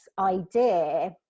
idea